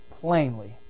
Plainly